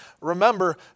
remember